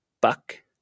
Buck